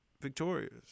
victorious